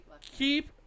keep